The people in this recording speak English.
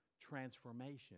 transformation